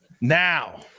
now